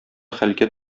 хәлгә